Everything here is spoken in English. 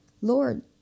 Lord